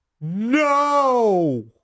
no